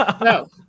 No